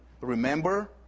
Remember